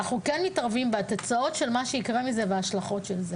אנחנו כן מתערבים בתוצאות וההשלכות של זה.